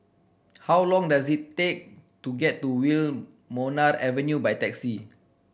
how long does it take to get to Wilmonar Avenue by taxi